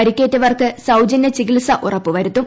പരിക്കേറ്റവർക്ക് സൌജനൃ ചികിത്സ ഉറപ്പുവരുത്തും